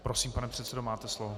Prosím, pane předsedo, máte slovo.